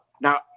Now